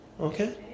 Okay